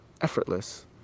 effortless